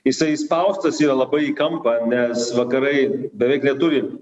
jisai įspaustas yra labai į kampą nes vakarai beveik lietuviai